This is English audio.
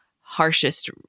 harshest